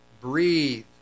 breathe